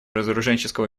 разоруженческого